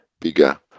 bigger